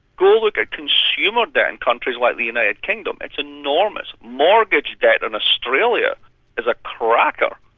go look at consumer debt in countries like the united kingdom it's enormous. mortgage debt in australia is a cracker!